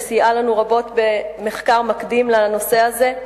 שסייעה לנו רבות במחקר מקדים לנושא הזה.